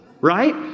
Right